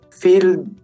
feel